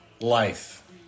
Life